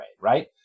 right